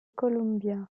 columbia